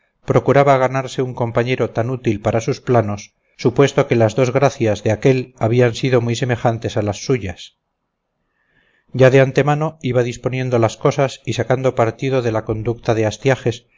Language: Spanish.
procuraba ganarse un compañero tan útil para sus planos supuesto que las dos gracias de aquél habían sido muy semejantes a las suyas ya de antemano iba disponiendo las cosas y sacando partido de la conducta de